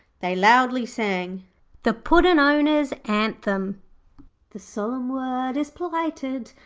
they loudly sang the puddin'-owners' anthem the solemn word is plighted,